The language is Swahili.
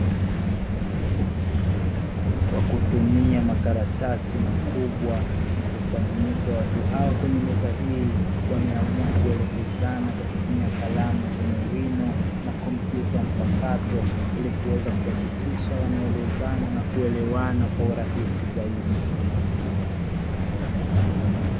Kwa kutumia makaratasi makubwa, mkusanyiko wa watu hao kwenye meza hii wameamua kuelekezana kwa kutumia kalamu zenye wino, na kompyuta mpakato, ili kuweza kuhakikisha wanaelezana na kuelewana kwa urahisi zaidi.